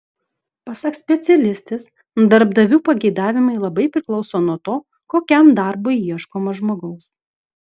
pasak specialistės darbdavių pageidavimai labai priklauso nuo to kokiam darbui ieškoma žmogaus